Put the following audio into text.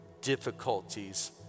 difficulties